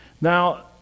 Now